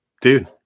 dude